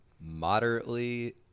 moderately